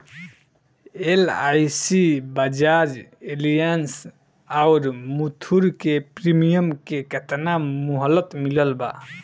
LIC Bajaj Allianz आउर मुथूट के premium के केतना मुहलत मिलल बा?